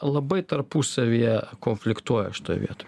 labai tarpusavyje konfliktuoja šitoj vietoj